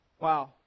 Wow